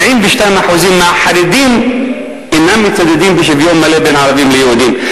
72% מהחרדים אינם מצדדים בשוויון מלא בין ערבים ליהודים.